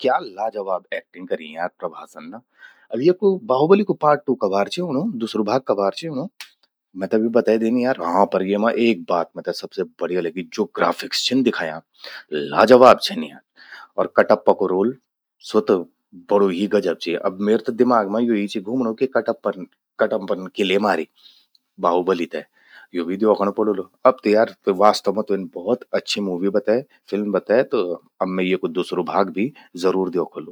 क्या लाजवाब एक्चिंग कर्यीं यार प्रभासन ना। अ येकु बाहुबलि कु पार्ट टू कबार चि ऊंणूं? दूसरु भाग कबार चि ऊंणूं? मेते भी बतै दीनी यार।, हां पर येमा एक बात मेते सबसे बढ़िया लगि ज्वो ग्राफिक्स छिन दिखयां, लाजवाब छिन यार। अर कटप्पा कु रोल, स्वो त बड़ु ही गजब चि। म्येरु त दिमाग मां यो ही चि घूमणूं कि कटप्पन, कटप्पान किले मारि बाहुबलि ते? यो भी द्योखण पड़ोलु। अब तक यार त्वेन वास्तव मां भौत अच्छी मूवी बतै। फिल्म बतै त मैं येकु दुसरु भाग भी जरूर द्योखलु।